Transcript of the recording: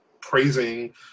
praising